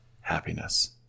happiness